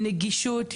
נגישות,